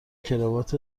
کراوات